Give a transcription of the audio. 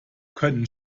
können